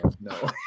no